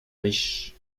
riche